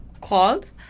Called